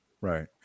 Right